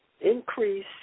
increase